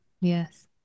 Yes